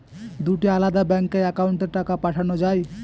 দুটি আলাদা ব্যাংকে অ্যাকাউন্টের টাকা পাঠানো য়ায়?